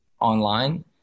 online